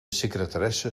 secretaresse